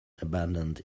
abandoned